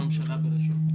ממשלה, בראשות?